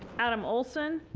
adam olson.